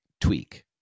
tweak